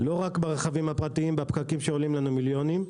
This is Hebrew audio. לא רק עם הרכבים הפרטיים בפקקים שעולים לנו מיליונים,